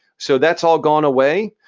so that's all gone away.